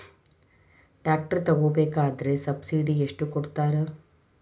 Tractor ತಗೋಬೇಕಾದ್ರೆ subsidy ಎಷ್ಟು ಕೊಡ್ತಾರ?